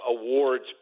awards